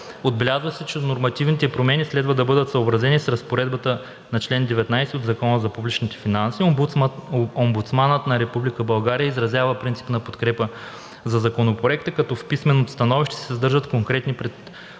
Отбелязва се, че нормативните промени следва да бъдат съобразени с разпоредбата на чл. 19 от Закона за публичните финанси. Омбудсманът на Република България изразява принципна подкрепа за Законопроекта, като в писменото становище се съдържат конкретни предложения,